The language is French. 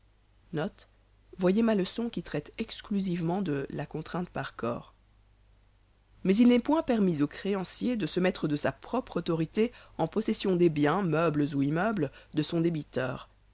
qui traite exclusivement de la contrainte par corps mais il n'est point permis au créancier de se mettre de sa propre autorité en possession des biens meubles ou immeubles de son débiteur